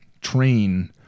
train